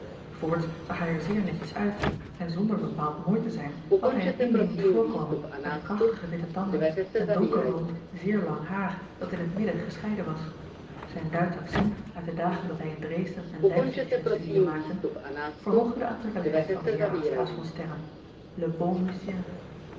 zag hij er zeer netjes uit en zonder bepaald mooi te zijn had hij een innemend voorkomen en prachtige witte tanden en donker blond zeer lang haar dat in het midden gescheiden was zijn duitsch accent uit de dagen dat hij in dresden en leipzig zijne studien maakte verhoogde de aantrekkelijkheid van den heer anasthase van sterren le